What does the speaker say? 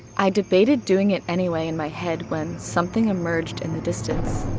i debated doing it anyway in my head when something emerged in the distance.